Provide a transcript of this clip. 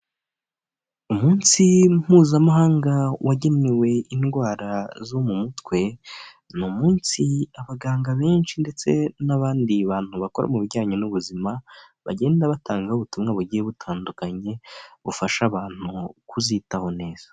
Umunsi mpuzamahanga wagenewe indwara zo mu mutwe ni umunsi abaganga benshi ndetse n'abandi bantu bakora mu bijyanye n'ubuzima bagenda batangaho ubutumwa bugiye butandukanye bufasha abantu kuzitaho neza.